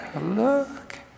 Look